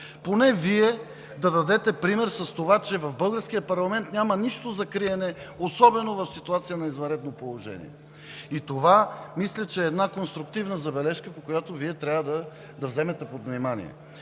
Поне Вие да дадете пример с това, че в българския парламент няма нищо за криене, особено в ситуация на извънредно положение. Мисля, че това е конструктивна забележка, която Вие трябва да вземете под внимание.